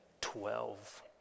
twelve